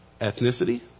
ethnicity